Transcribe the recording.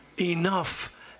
enough